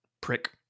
prick